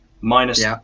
Minus